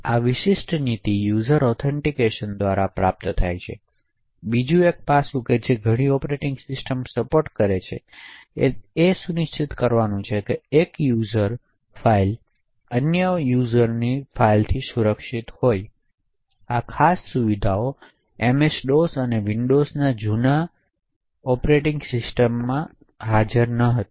તેથી આ વિશિષ્ટ નીતિ યુઝર ઑથેંટીકેશન દ્વારા પ્રાપ્ત થાય છે બીજું એક પાસું જે ઘણા ઑપરેટિંગ સિસ્ટમ સપોર્ટ કરે છે તે સુનિશ્ચિત કરવા માટે કે એક યુઝર્સ ફાઇલ અન્ય વપરાશકર્તાઓથી સુરક્ષિત હોવી જોઈએ આ ખાસ સુવિધાઓ એમએસ ડોસ અને વિન્ડોઝનાં જૂના સંસ્કરણ જેવી પહેલાંની ઑપરેટિંગ સિસ્ટમ્સ સમર્થન આપતી નથી